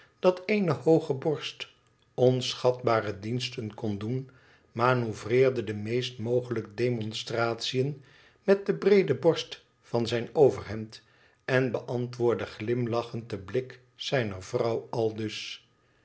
dat eene hooge borst onschatbare diensten kon doen manoeuvreerde de meest mogelijke demonstratiën met de breede borst van zijn overhemd en beantwoordde glimlachend den blik zijner vrouw aldus